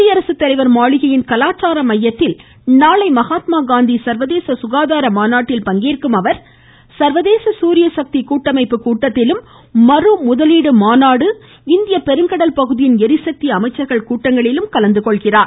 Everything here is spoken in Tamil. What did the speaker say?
குடியரசுத்தலைவர் மாளிகையின் கலாச்சார மையத்தில் நாளை மகாத்மா காந்தி சர்வதேச சுகாதார மாநாட்டில் பங்கேற்கும் அவர் சர்வதேச சூரியசக்தி கூட்டமைப்பு கூட்டத்திலும் மறு முதலீடு மாநாடு மற்றும் இந்திய பெருங்கடல் பகுதியின் ளரிசக்தி அமைச்சர்கள் கூட்டத்திலும் கலந்துகொள்கிறார்